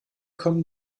kommen